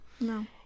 No